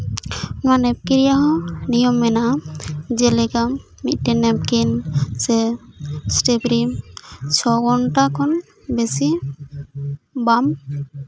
ᱱᱚᱣᱟ ᱱᱮᱯᱠᱤᱱ ᱨᱮᱭᱟᱜ ᱦᱚᱸ ᱱᱤᱭᱚᱢ ᱢᱮᱱᱟᱜᱼᱟ ᱡᱮᱞᱮᱠᱟ ᱢᱤᱫᱴᱮᱱ ᱱᱮᱯᱠᱤᱱ ᱥᱮ ᱥᱴᱮᱯᱷᱨᱤ ᱪᱷᱚ ᱜᱷᱚᱱᱴᱟ ᱠᱷᱚᱱ ᱵᱮᱥᱤ ᱵᱟᱢ